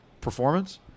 performance